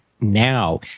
now